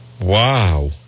Wow